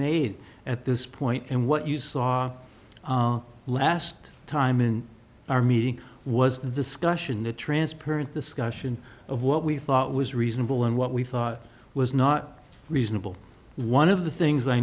made at this point and what you saw last time in our meeting was discussion the transparent discussion of what we thought was reasonable and what we thought was not reasonable one of the things i